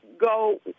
go